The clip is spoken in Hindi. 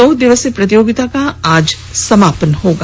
दो दिवसीय प्रतियोगिता का आज समापन हो जायेगा